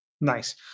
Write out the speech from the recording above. Nice